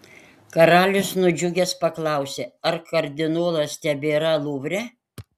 karalius nudžiugęs paklausė ar kardinolas tebėra luvre